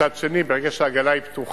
מצד שני, ברגע שהעגלה פתוחה,